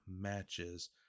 matches